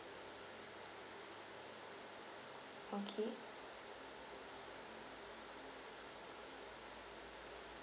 okay